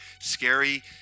scary